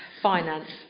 finance